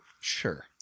sure